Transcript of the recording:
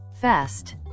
Fast